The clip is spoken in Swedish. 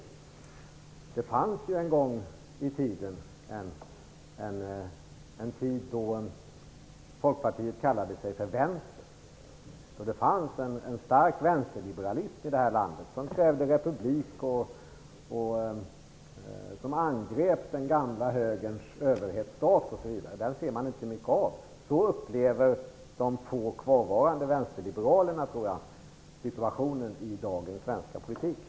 En gång fanns det en tid då Folkpartiet kallade sig för vänstern. Det fanns en stark vänsterliberalism i det här landet som krävde republik och som angrep den gamla högerns överhetsstat. Den ser man nu inte mycket av. Så upplever de få kvarvarande vänsterliberalerna situationen i dagens svenska politik.